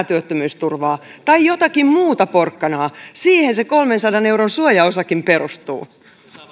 työttömyysturvaa tai jotakin muuta porkkanaa siihen se kolmensadan euron suojaosakin perustuu